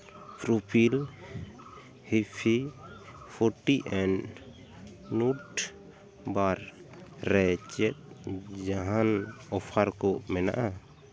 ᱯᱨᱩᱯᱤᱞ heavy fruity and nut bar ᱨᱮ ᱪᱮᱫ ᱡᱟᱦᱟᱱ ᱚᱯᱷᱟᱨ ᱠᱚ ᱢᱮᱱᱟᱜᱼᱟ